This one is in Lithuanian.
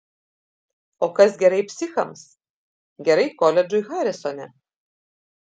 o kas gerai psichams gerai koledžui harisone